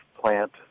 plant